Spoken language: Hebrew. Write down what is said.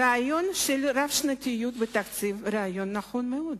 הרעיון של רב-שנתיות בתקציב הוא רעיון נכון מאוד,